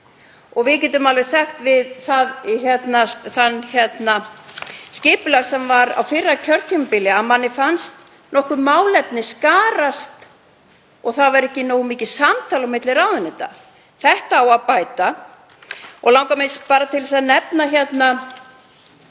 Og við getum alveg sagt um það skipulag sem var á fyrra kjörtímabili að manni fannst nokkur málefni skarast og það væri ekki nógu mikið samtal milli ráðuneyta. Þetta á að bæta. Mig langar til að nefna hérna